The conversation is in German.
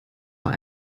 vor